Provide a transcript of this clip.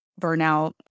burnout